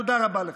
תודה רבה לך.